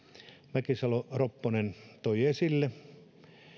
mäkisalo ropponen toi esille